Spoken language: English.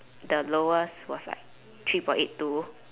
the lowest was like three point eight two